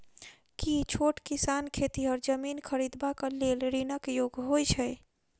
की छोट किसान खेतिहर जमीन खरिदबाक लेल ऋणक योग्य होइ छै?